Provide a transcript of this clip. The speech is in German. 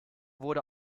wurde